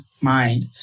mind